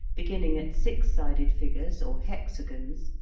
beginning at six-sided figures, or hexagons,